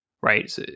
right